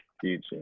Future